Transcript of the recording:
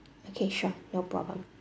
okay sure no problem